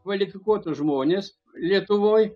kvalifikuotus žmones lietuvoj